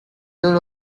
middle